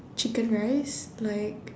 chicken rice like